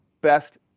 best